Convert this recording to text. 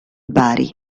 bari